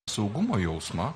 saugumo jausmą